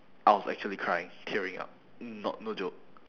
I was actually crying tearing up not no joke